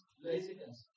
laziness